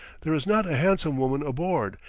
there is not a handsome woman aboard,